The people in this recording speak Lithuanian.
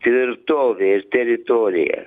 tvirtovė ir teritorija